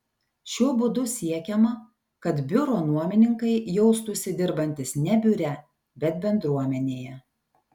šiuo būdu siekiama kad biuro nuomininkai jaustųsi dirbantys ne biure bet bendruomenėje